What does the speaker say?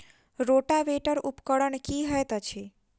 Rotavator उपकरण की हएत अछि?